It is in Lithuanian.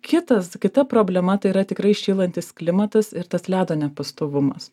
kitas kita problema tai yra tikrai šylantis klimatas ir tas ledo nepastovumas